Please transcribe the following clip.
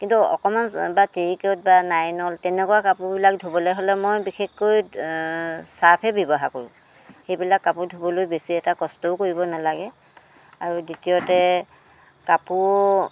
কিন্তু অকণমান বা টেৰিকট বা নাইলন তেনেকুৱা কাপোৰবিলাক ধুবলৈ হ'লে মই বিশেষকৈ চাৰ্ফে ব্যৱহাৰ কৰোঁ সেইবিলাক কাপোৰ ধুবলৈ বেছি এটা কষ্টও কৰিব নালাগে আৰু দ্বিতীয়তে কাপোৰ